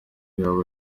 yaba